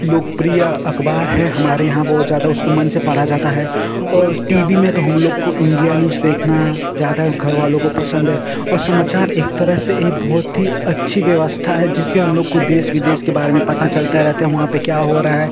लोकप्रिय अख़बार है हमारे यहाँ बहुत ज़्यादा उसको मन से पढ़ा जाता है और टी वी में तो हमलोग को इण्डिया न्यूज़ देखना ज़्यादा घरवालों को पसन्द है और समाचार एक तरह से यह बहुत ही अच्छी व्यवस्था है जिससे हमलोग को देश विदेश के बारे में पता चलता रहता है वहाँ पर क्या हो रहा है